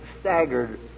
staggered